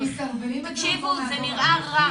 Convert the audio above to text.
זה נראה רע.